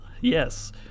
yes